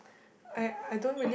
I I don't really